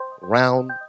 round